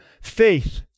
faith